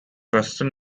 western